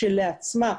כשלעצמה,